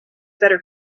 better